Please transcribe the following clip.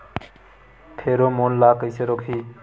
Pheromone ला कइसे रोकही?